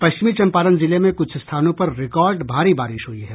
पश्चिमी चंपारण जिले में कुछ स्थानों पर रिकॉर्ड भारी बारिश हुई है